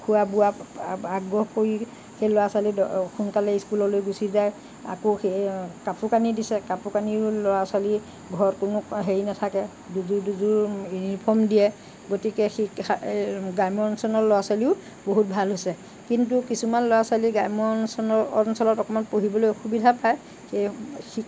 খোৱা বোৱা আগ্ৰহ কৰি সেই ল'ৰা ছোৱালী সোনকালে স্কুললৈ গুচি যায় আকৌ সেই কাপোৰ কানি দিছে কাপোৰ কানিও ল'ৰা ছোৱালী ঘৰততো হেৰি নাথাকে দুযোৰ দুযোৰ ইউনিফৰ্ম দিয়ে গতিকে গ্ৰাম্য অঞ্চলৰ ল'ৰা ছোৱালীও বহুত ভাল হৈছে কিন্তু কিছুমান ল'ৰা ছোৱালী গ্ৰাম্য অঞ্চলত অকণমান পঢ়িবলৈ অসুবিধা পায় সেয়ে